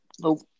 Nope